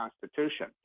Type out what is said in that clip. constitution